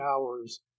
hours